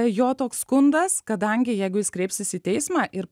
jo toks skundas kadangi jeigu jis kreipsis į teismą ir